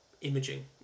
imaging